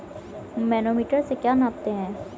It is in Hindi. मैनोमीटर से क्या नापते हैं?